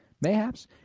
Mayhaps